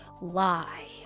lie